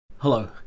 Hello